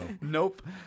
Nope